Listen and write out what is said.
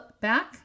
back